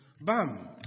Bam